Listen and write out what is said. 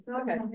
okay